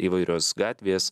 įvairios gatvės